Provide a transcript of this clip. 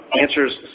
answers